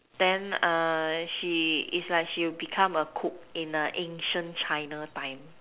then she is like she will become a cook in ancient China time